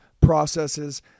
processes